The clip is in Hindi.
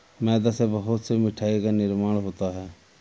मैदा से बहुत से मिठाइयों का निर्माण होता है